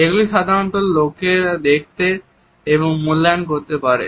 এগুলি সাধারণত লোকেরা দেখতে এবং মূল্যায়ন করতে পারে